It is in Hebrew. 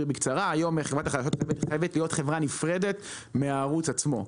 בקצרה: היום חברת החדשות חייבת להיות חברה נפרדת מהערוץ עצמו.